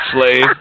Slave